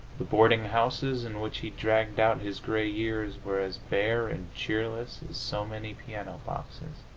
the boarding houses in which he dragged out his gray years were as bare and cheerless as so many piano boxes.